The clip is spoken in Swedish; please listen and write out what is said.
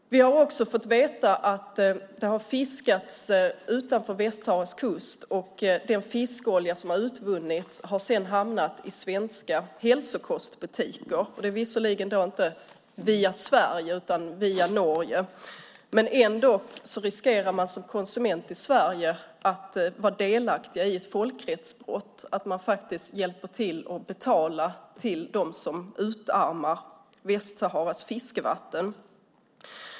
Vi har också fått veta att det har fiskats utanför Västsaharas kust och att den fiskolja som har utvunnits sedan har hamnat i svenska hälsokostbutiker. Det är visserligen inte via Sverige utan via Norge. Ändå riskerar man som konsument i Sverige att vara delaktig i ett folkrättsbrott. Man hjälper faktiskt till och betalar till dem som utarmar Västsaharas fiskevatten.